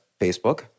Facebook